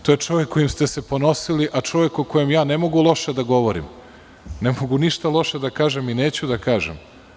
To je čovek kojim ste se ponosili, a čovek o kojem ja ne mogu loše da govorim, ne mogu ništa loše da kažem i neću da kažem.